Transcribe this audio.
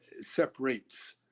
separates